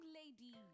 lady